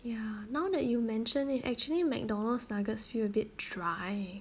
ya now that you mention it actually McDonald's nuggets feel a bit dry